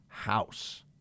house